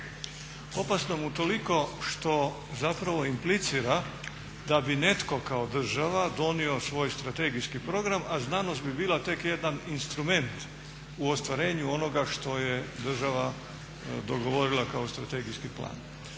Opasnom utoliko što zapravo implicira da bi netko kao država donio svoj strategijski program a znanost bi bila tek jedan instrument u ostvarenju onoga što je država dogovorila kao strategijski plan.